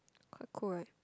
quite cool right